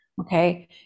okay